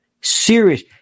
serious